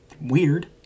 weird